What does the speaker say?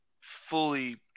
fully